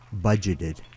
budgeted